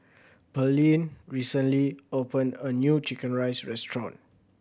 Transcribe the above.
Pearlene recently opened a new chicken rice restaurant